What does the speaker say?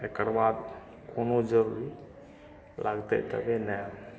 एकरबाद कोनो जरुरी लागतै तबे ने